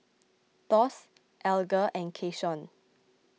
Thos Alger and Keyshawn